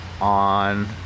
on